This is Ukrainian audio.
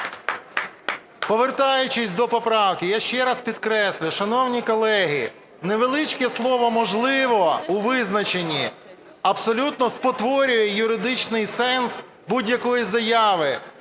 Повертаючись до поправки. Я ще раз підкреслюю, шановні колеги, невеличке слово "можливо" у визначенні абсолютно спотворює юридичний сенс будь-якої заяви.